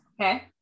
okay